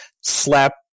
slap